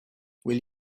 will